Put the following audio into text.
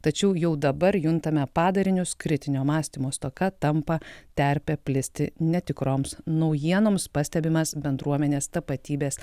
tačiau jau dabar juntame padarinius kritinio mąstymo stoka tampa terpe plisti netikroms naujienoms pastebimas bendruomenės tapatybės